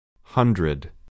Hundred